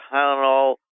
Tylenol